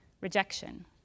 rejection